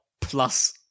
plus